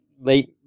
late